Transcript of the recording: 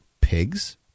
pigs